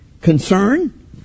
concern